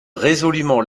résolument